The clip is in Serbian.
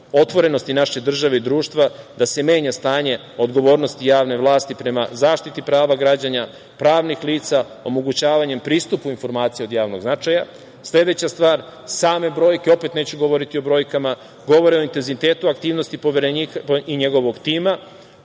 otvorenosti naše države i društva da se menja stanje odgovornosti javne vlasti prema zaštiti prava građana, pravnih lica omogućavanjem pristupa informacija od javnog značaja. Sledeća stvar, same brojke, opet neću govoriti o brojkama, govore o intenzitetu aktivnosti poverenika i njegovog tima. Ono